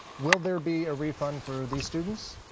will there be a refund for these students?